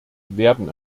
werden